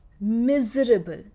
miserable